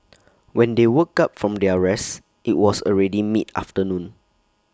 when they woke up from their rest IT was already mid afternoon